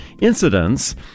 incidents